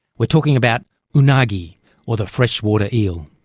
we're talking about unagi or the freshwater eel.